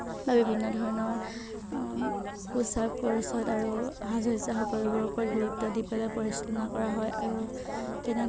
বা বিভিন্ন ধৰণৰ পোছাক পৰিচ্ছদ আৰু সাজ সজ্জা সকলোবোৰৰ ওপৰত গুৰুত্ব দি পেলাই পৰিচালনা কৰা হয় আৰু